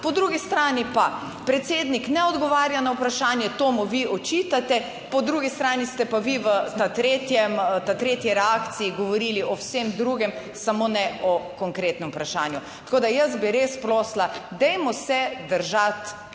Po drugi strani pa predsednik ne odgovarja na vprašanje, to mu vi očitate, po drugi strani ste pa vi v tretjem, tretji reakciji govorili o vsem drugem, samo ne o konkretnem vprašanju. Tako, da jaz bi res prosila, dajmo se držati